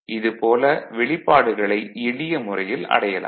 இது போல வெளிப்பாடுகளை எளிய முறையில் அடையலாம்